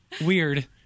Weird